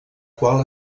qual